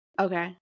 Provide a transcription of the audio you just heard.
Okay